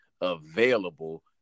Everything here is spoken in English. available